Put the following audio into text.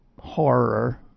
horror